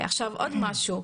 עוד משהו.